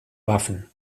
waffen